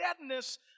deadness